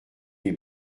les